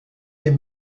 des